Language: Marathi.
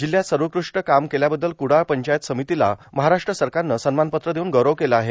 जिल्हयात सर्वोत्कृष्ट काम केल्याबद्दल कुडाळ पंचायत समितीला महाराष्ट्र सरकारनं सव्मानपत्र देऊन गौरव केला आहे